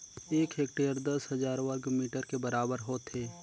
एक हेक्टेयर दस हजार वर्ग मीटर के बराबर होथे